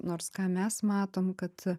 nors ką mes matom kad